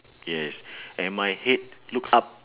yes and my head look up